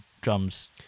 drums